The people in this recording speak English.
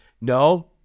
No